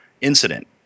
incident